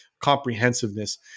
comprehensiveness